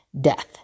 Death